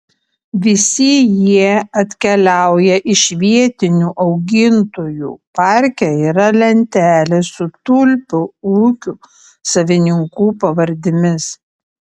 visi jie atkeliauja iš vietinių augintojų parke yra lentelės su tulpių ūkių savininkų pavardėmis